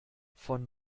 von